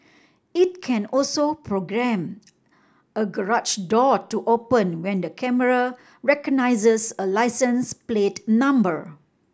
it can also programme a garage door to open when the camera recognises a license plate number